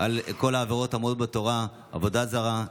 על כל העבירות האמורות בתורה: עבודה זרה,